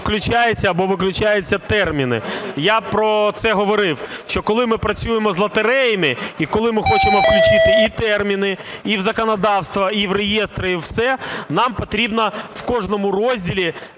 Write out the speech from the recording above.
виключаються терміни. Я про це говорив, що коли ми працюємо з лотереями і коли ми хочемо включити і терміни, і в законодавство, і в реєстри, і все, нам потрібно в кожному розділі,